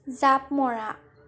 জাঁপ মৰা